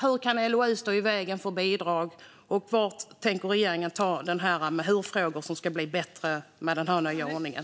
Hur kan LOU stå i vägen för bidrag? Hur tänker regeringen? Hur ska det bli bättre med den här nya ordningen?